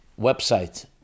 website